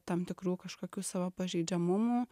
tam tikrų kažkokių savo pažeidžiamumų